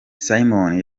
simon